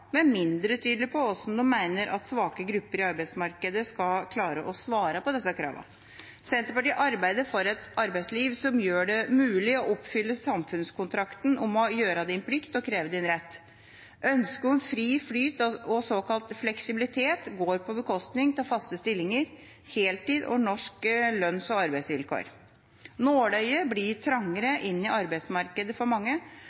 men mindre tydelig på hvordan de mener svake grupper i arbeidsmarkedet skal klare å svare på disse kravene. Senterpartiet arbeider for et arbeidsliv som gjør det mulig å oppfylle samfunnskontrakten om «gjør din plikt, krev din rett». Ønsket om fri flyt og såkalt fleksibilitet går på bekostning av faste stillinger, heltid og norske lønns- og arbeidsvilkår. Nåløyet blir trangere inn i arbeidsmarkedet for mange